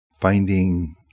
finding